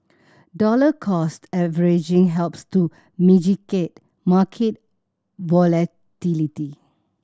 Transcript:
dollar cost averaging helps to mitigate market volatility